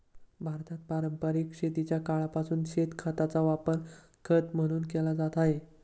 भारतात पारंपरिक शेतीच्या काळापासून शेणखताचा वापर खत म्हणून केला जात आहे